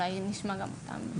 אולי נשמע גם אותם?